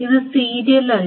ഇത് സീരിയൽ അല്ല